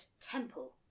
temple